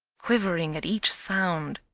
quivering at each sound,